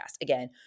Again